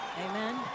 Amen